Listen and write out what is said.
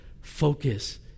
focus